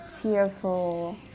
cheerful